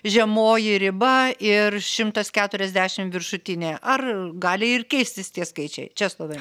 žemoji riba ir šimtas keturiasdešim viršutinė ar gali ir keistis tie skaičiai česlovai